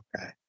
Okay